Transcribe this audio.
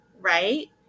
Right